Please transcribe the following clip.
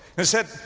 and said,